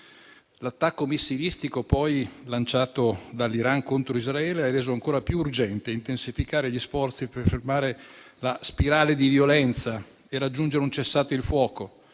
L'attacco missilistico lanciato dall'Iran contro Israele ha reso ancora più urgente intensificare gli sforzi per fermare la spirale di violenza e raggiungere un cessate il fuoco.